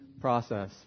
process